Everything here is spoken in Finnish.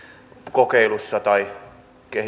kokeilussa tai